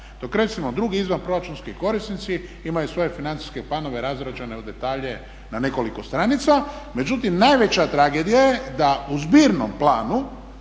dok recimo drugi izvanproračunski korisnici imaju svoje financijske planove razrađene u detalje na nekoliko stranica. Međutim, najveća tragedija je da u zbirnom planu